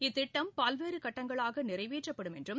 இத்திட்டம் பல்வேறுகட்டஙகளாகநிறைவேற்றப்படும் என்றும்